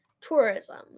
tourism